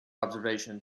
observation